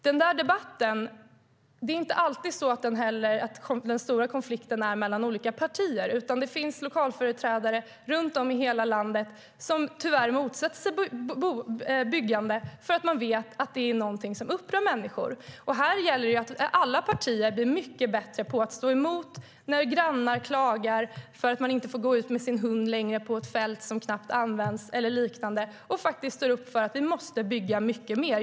Det är inte alltid så att den stora konflikten är mellan olika partier. Det finns lokalföreträdare runt om i hela landet som tyvärr motsätter sig byggande för att de vet att det är någonting som upprör människor. Här gäller det att alla partier blir mycket bättre på att stå emot när grannar klagar för att de inte längre får gå ut med sin hund på ett fält som knappt används eller liknande och faktiskt står upp för att vi måste bygga mycket mer.